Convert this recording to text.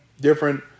Different